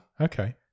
Okay